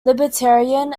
libertarian